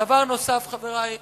דבר נוסף, חברי השרים,